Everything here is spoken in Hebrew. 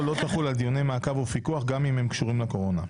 לא תחול על דיוני מעקב ופיקוח גם אם הם קשורים לקורונה.